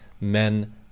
men